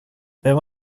vem